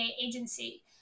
agency